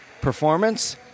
performance